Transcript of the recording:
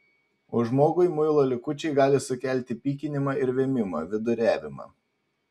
o žmogui muilo likučiai gali sukelti pykinimą ir vėmimą viduriavimą